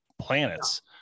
planets